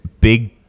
big